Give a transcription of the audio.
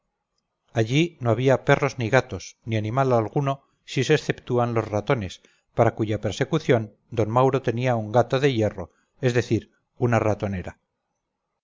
allí no había perros ni gatos ni animal alguno si se exceptúan los ratones para cuya persecución d mauro tenía un gato de hierro es decir una ratonera